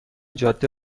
جاده